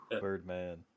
Birdman